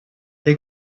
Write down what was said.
they